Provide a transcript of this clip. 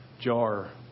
jar